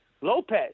Lopez